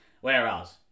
Whereas